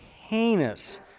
heinous